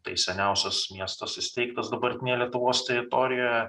tai seniausias miestas įsteigtas dabartinėje lietuvos teritorijoje